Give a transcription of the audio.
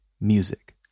Music